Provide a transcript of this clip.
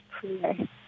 prayer